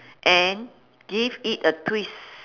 and give it a twist